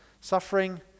Suffering